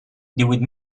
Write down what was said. díhuit